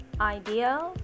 idea